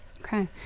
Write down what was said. Okay